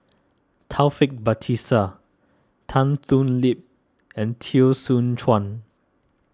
Taufik Batisah Tan Thoon Lip and Teo Soon Chuan